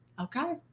Okay